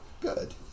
Good